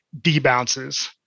debounces